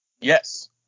Yes